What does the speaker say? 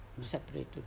separated